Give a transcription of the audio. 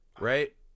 Right